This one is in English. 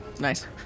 Nice